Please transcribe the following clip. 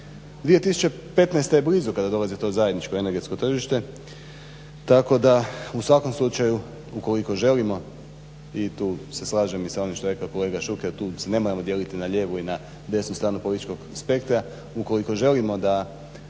2015. Je blizu kada dolazi to zajedničko energetsko tržište tako da u svakom slučaju ukoliko želimo i tu se slažem i sa ovim što je rekao kolega Šuker, tu se ne moramo dijeliti na lijevu i na desnu stranu političkog aspekta ukoliko želimo da